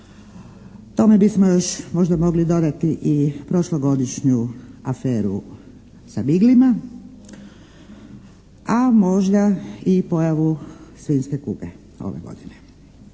Tome bismo još možda mogli donijeti i prošlogodišnju aferu sa biglima, a možda i pojavu svinjske kuge ove godine.